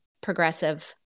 progressive